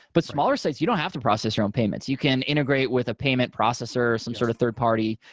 but smaller sites, you don't have to process your own payments. you can integrate with a payment processor, some sort of third-party,